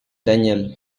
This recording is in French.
daniel